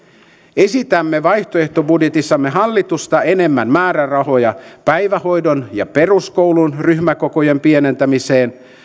esitämme vaihtoehtobudjetissamme hallitusta enemmän määrärahoja päivähoidon ja peruskoulun ryhmäkokojen pienentämiseen